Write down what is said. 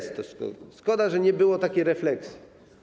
Szkoda, że nie było takiej refleksji.